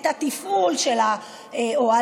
של התפעול של האוהלים,